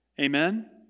Amen